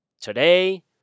today